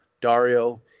Dario